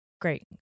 Great